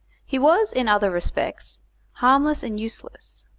he was in other respects harmless and useless,